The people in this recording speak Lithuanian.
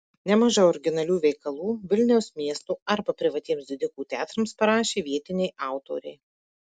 nemaža originalių veikalų vilniaus miesto arba privatiems didikų teatrams parašė vietiniai autoriai